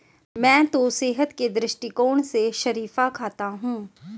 मैं तो सेहत के दृष्टिकोण से शरीफा खाता हूं